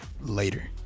later